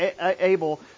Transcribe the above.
able